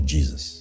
Jesus